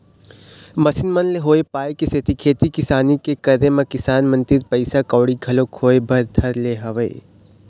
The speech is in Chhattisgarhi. मसीन मन ले होय पाय के सेती खेती किसानी के करे म किसान मन तीर पइसा कउड़ी घलोक होय बर धर ले हवय